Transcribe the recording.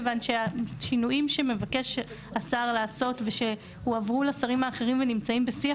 כי השינויים שמבקש השר לעשות ושהועברו לשרים האחרים ושנמצאים בשיח